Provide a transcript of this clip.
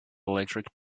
electric